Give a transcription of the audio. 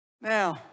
Now